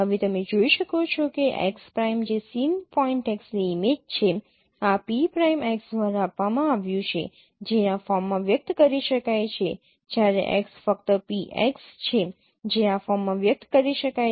હવે તમે જોઈ શકો છો કે x પ્રાઈમ જે સીન પોઇન્ટ x ની ઈમેજ છે આ P પ્રાઇમ X દ્વારા આપવામાં આવ્યું છે જે આ ફોર્મમાં વ્યક્ત કરી શકાય છે જ્યારે x ફક્ત PX છે જે આ ફોર્મમાં વ્યક્ત કરી શકાય છે